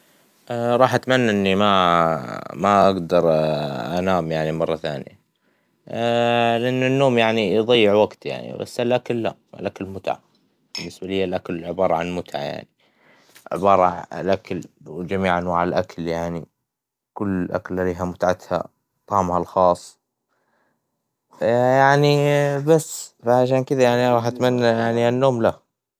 راح اتمني اني ما، ما اقدر أنام يعني مرة ثانية، لأن النوم يعني يظيع الوقت، بس الاكل لا، الاكل متعة, بالنسبة ليا الأكل عبارة عن متعة يعني، عبارة، الاكل جميع انواع الأكل يعني، كل أكلة لها متعتها، طعمها الخاص، ف يعني بس، فعشان كدا يعني راح اتمنى النوم لا.